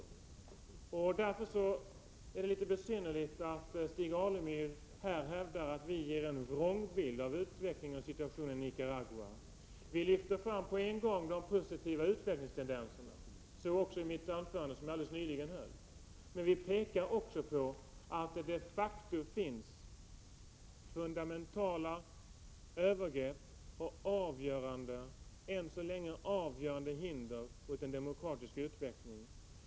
Därför är det besynnerligt att Stig Alemyr här hävdar att vi ger en vrångbild av utvecklingen och situationen i Nicaragua. Vi lyfter på samma gång fram de positiva utvecklingstendenserna, så också i det anförande jag alldeles nyligen höll, som vi pekar på att det de facto förekommer fundamentala övergrepp och än så länge avgörande hinder mot en demokratisk utveckling.